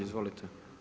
Izvolite.